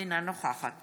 אינה נוכחת